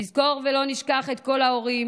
נזכור ולא נשכח את כל ההורים